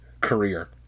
career